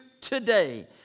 today